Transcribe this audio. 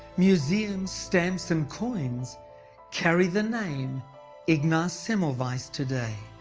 museums, stamps and coins carry the name ignaz semmelweis today.